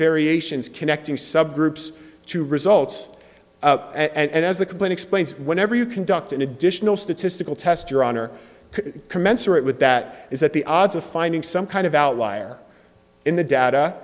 variations connecting subgroups to results and as a complete explains whenever you conduct an additional statistical test your honor commensurate with that is that the odds of finding some kind of outlier in the data